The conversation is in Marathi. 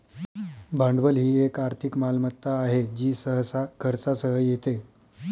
भांडवल ही एक आर्थिक मालमत्ता आहे जी सहसा खर्चासह येते